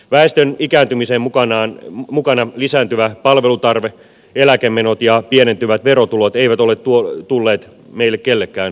väestön ikääntymisen mukana lisääntyvä palvelutarve kasvavat eläkemenot ja pienentyvät verotulot eivät ole tulleet meille kenellekään yllätyksenä